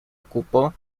ocupó